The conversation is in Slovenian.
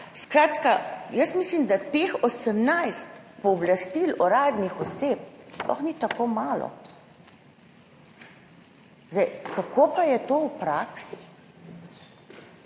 Skratka, jaz mislim, da teh 18 pooblastil uradnih oseb sploh ni tako malo. Zdaj, kako pa je to v praksi?